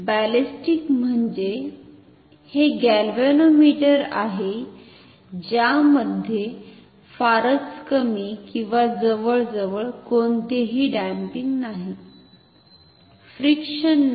ballistic म्हणजे हे galvanometer आहे ज्यामध्ये फारच कमी किंवा जवळजवळ कोणतेही डम्पिंग नाही फ्रिक्शन नाही